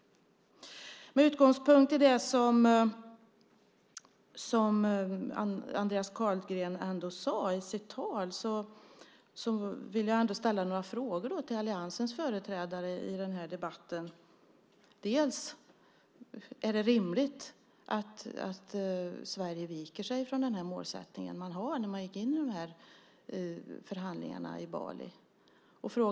Med utgångspunkt i det som Andreas Carlgren sade i sitt tal vill jag ställa några frågor till alliansens företrädare i den här debatten. Är det rimligt att Sverige avviker från den målsättning man hade när man gick in i de här förhandlingarna på Bali?